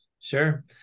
Sure